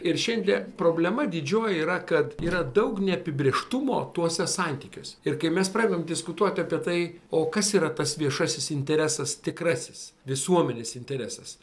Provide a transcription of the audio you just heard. ir šiandien problema didžioji yra kad yra daug neapibrėžtumo tuose santykiuose ir kai mes pradedam diskutuoti apie tai o kas yra tas viešasis interesas tikrasis visuomenės interesas